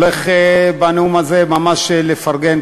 ואני הולך בנאום הזה ממש לפרגן,